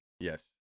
Yes